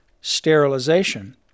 sterilization